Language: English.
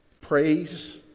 Praise